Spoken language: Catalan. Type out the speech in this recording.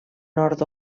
nord